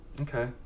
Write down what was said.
Okay